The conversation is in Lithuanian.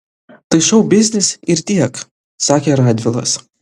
tai šou biznis ir tiek sakė radvilas